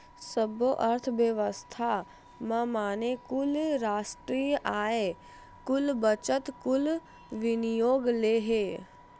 सब्बो अर्थबेवस्था के माने कुल रास्टीय आय, कुल बचत, कुल विनियोग ले हे